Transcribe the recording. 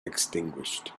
extinguished